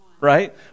Right